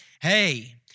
hey